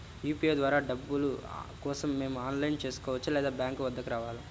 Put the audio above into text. UPI ద్వారా డబ్బులు కోసం నేను ఆన్లైన్లో చేసుకోవచ్చా? లేదా బ్యాంక్ వద్దకు రావాలా?